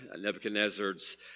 Nebuchadnezzar's